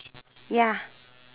ya